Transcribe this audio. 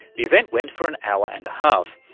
the event went for an hour and a half.